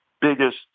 biggest